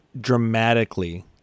dramatically